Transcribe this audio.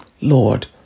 Lord